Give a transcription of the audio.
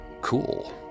cool